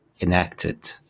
enacted